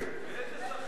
באיזה שכר?